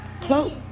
close